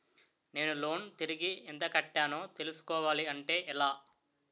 నేను లోన్ తిరిగి ఎంత కట్టానో తెలుసుకోవాలి అంటే ఎలా?